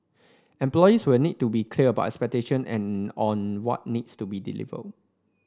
employers will need to be clear about expectation and on what needs to be delivered